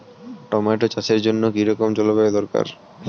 Tomato চাষের জন্য কি রকম জলবায়ু দরকার?